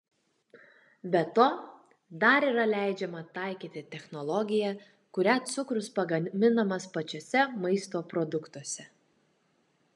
be to dar yra leidžiama taikyti technologiją kuria cukrus pagaminamas pačiuose maisto produktuose